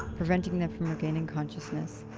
preventing them from regaining consciousness,